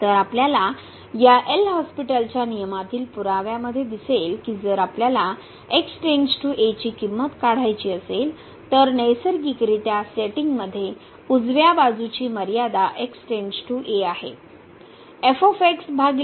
तर आपल्याला या एल हॉस्पिटलच्या L'Hospital's नियमातील पुराव्यामध्ये दिसेल की जर आपल्याला ची किंमत काढायची असेल तर नैसर्गिकरित्या सेटिंगमध्ये उजव्या बाजूची मर्यादा आहे